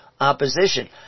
opposition